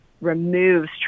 removes